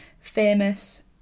famous